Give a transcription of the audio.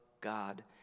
God